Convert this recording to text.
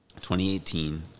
2018